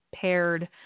paired